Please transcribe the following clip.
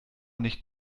nicht